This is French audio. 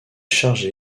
chargé